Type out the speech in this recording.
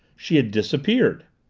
she had disappeared!